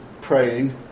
praying